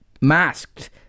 masked